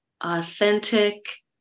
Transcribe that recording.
authentic